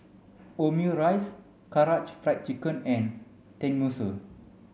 Omurice Karaage Fried Chicken and Tenmusu